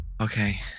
Okay